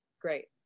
great